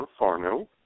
Farno